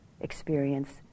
experience